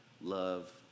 love